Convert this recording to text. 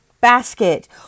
basket